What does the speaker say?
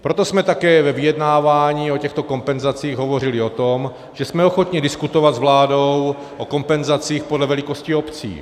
Proto jsme také ve vyjednávání o těchto kompenzacích hovořili o tom, že jsme ochotni diskutovat s vládou o kompenzacích podle velikosti obcí.